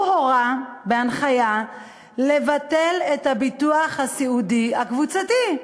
הוא הורה בהנחיה לבטל את הביטוח הסיעודי הקבוצתי.